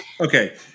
Okay